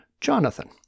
Jonathan